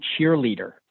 cheerleader